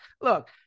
look